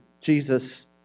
Jesus